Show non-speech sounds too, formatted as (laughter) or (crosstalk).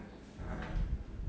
(noise)